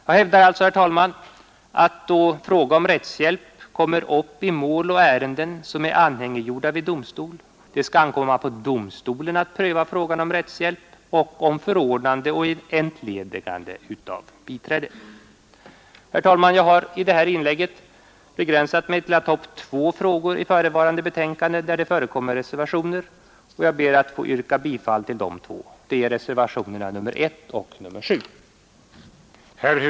Jag hävdar alltså, herr talman, att då frågan om rättshjälp uppkommer i mål och ärenden som är anhängiggjorda vid domstol skall det ankomma på domstolen att pröva frågan om rättshjälp samt om förordnande och entledigande av biträde. Herr talman! Jag har i detta inlägg begränsat mig till att ta upp två frågor i förevarande betänkande där det förekommer reservationer, och jag ber att få yrka bifall till dessa. Det är reservationerna 1 och 7.